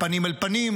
פנים אל פנים,